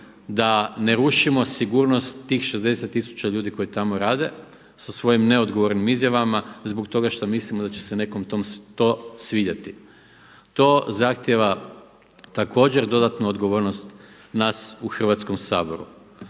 da ne rušimo sigurnost tih 60 tisuća ljudi koji tamo rade sa svojim neodgovornim izjavama zbog toga što mislim da će se nekome to svidjeti. To zahtjeva također dodatnu odgovornost nas u Hrvatskom Saboru.